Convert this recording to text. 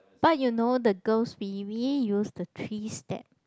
but you know the girls we really use the three step